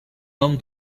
nom